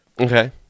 Okay